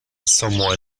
asomó